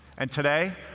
and today,